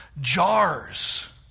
jars